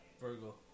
Virgo